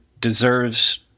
deserves